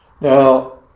Now